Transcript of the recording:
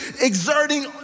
exerting